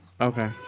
Okay